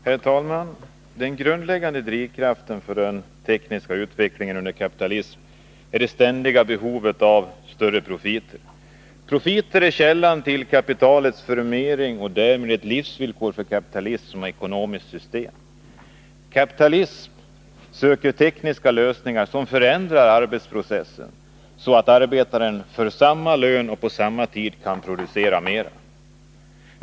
Herr talman! Den grundläggande drivkraften för den tekniska utvecklingen under kapitalismen är det ständiga behovet av större profiter. Profiten är källan till kapitalets förmering och därmed ett livsvillkor för kapitalismen som ekonomiskt system. Kapitalismen söker tekniska lösningar som förändrar arbetsprocessen, så att arbetaren för samma lön och på samma tid kan producera mera.